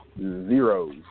Zeros